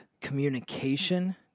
communication